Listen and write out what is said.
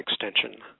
extension